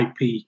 ip